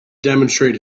demonstrate